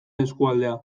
eskualdea